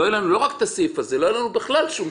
לא יהיה לנו שום דבר.